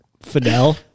Fidel